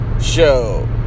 show